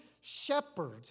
shepherd